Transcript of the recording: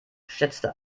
schätzte